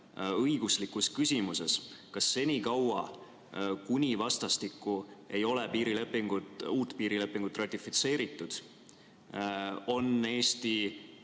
õiguslikus küsimuses. Kas senikaua, kuni vastastikku ei ole uut piirilepingut ratifitseeritud, on Eesti